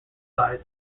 sizes